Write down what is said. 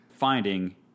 finding